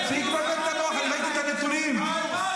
כולם חייבים בשירות לאומי, גם ערבים.